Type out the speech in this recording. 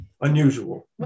Unusual